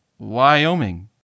Wyoming